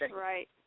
Right